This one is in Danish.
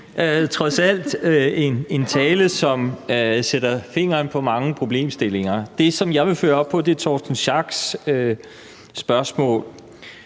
trods alt en tale, som satte fingeren på mange problemstillinger. Det, som jeg vil følge op på, er Torsten Schack Pedersens spørgsmål.